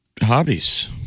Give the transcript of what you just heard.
hobbies